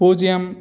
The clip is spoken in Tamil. பூஜ்ஜியம்